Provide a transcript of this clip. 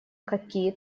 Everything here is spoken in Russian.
какие